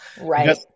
Right